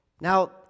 Now